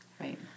Right